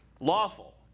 lawful